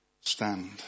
stand